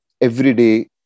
everyday